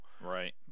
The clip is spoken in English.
right